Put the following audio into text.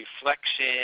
reflection